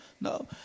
No